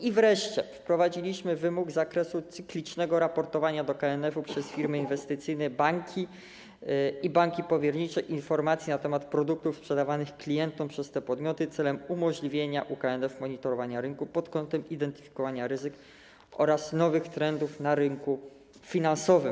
I wreszcie wprowadziliśmy wymóg z zakresu cyklicznego raportowania do KNF przez firmy inwestycyjne, banki i banki powiernicze informacji na temat produktów sprzedawanych klientom przez te podmioty celem umożliwienia UKNF monitorowania rynku pod kątem identyfikowania ryzyk oraz nowych trendów na rynku finansowym.